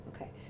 Okay